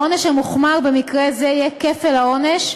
העונש המוחמר במקרה זה יהיה כפל העונש,